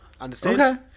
understand